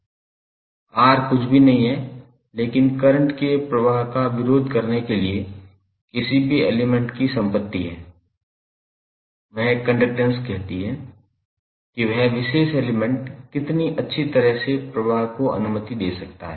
R कुछ भी नहीं है लेकिन करंट के प्रवाह का विरोध करने के लिए किसी भी एलिमेंट की संपत्ति है कंडक्टैंस कहती है कि वह विशेष एलिमेंट कितनी अच्छी तरह से प्रवाह की अनुमति दे सकता है